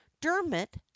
Dermot